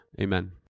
amen